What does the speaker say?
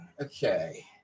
okay